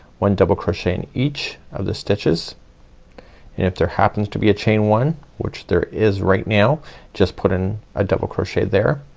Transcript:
one double crochet in each of the stitches. and if there happens to be a chain one, which there is right now just put in a double crochet there.